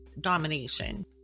domination